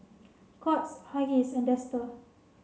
Courts Huggies and Dester